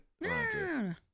No